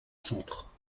centre